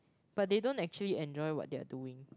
but they don't actually enjoy what they are doing